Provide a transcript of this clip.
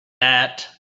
that